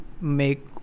make